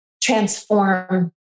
transform